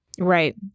Right